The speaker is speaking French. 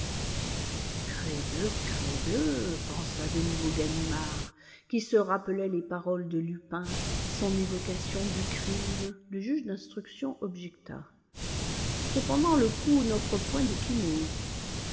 crebleu de crebleu pensa de nouveau ganimard qui se rappelait les paroles de lupin son évocation du crime le juge d'instruction objecta cependant le cou n'offre point d'ecchymose